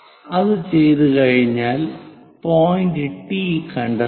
അത് ചെയ്തുകഴിഞ്ഞാൽ point T കണ്ടെത്തുക